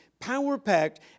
power-packed